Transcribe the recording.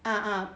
ah ah